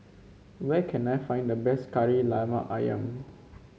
where can I find the best Kari Lemak ayam